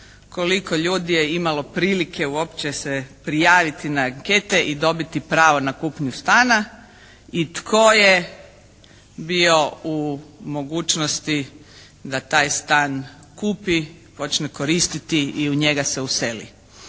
koliko ljudi je imalo prilike uopće se prijaviti na ankete i dobiti pravo na kupnju stana i tko je bio u mogućnosti da taj stan kupi, počne koristiti i u njega se useli.